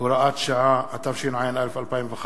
(הוראת שעה), התשע"א 2011,